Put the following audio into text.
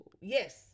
yes